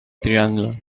triangle